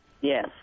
Yes